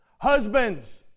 Husbands